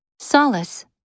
Solace